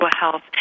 health